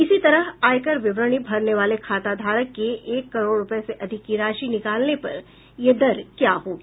इसी तरह आयकर विवरणी भरने वाले खाताधारक के एक करोड़ रुपये से अधिक की राशि निकालने पर यह दर क्या होगी